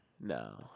No